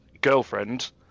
girlfriend